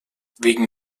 wegen